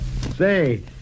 Say